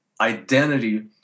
identity